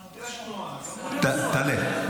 תעלה.